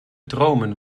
dromen